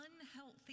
unhealthy